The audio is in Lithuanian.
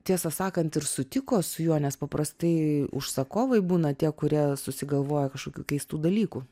tiesą sakant ir sutiko su juo nes paprastai užsakovai būna tie kurie susigalvoja kažkokių keistų dalykų